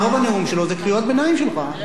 אדוני היושב-ראש, זו,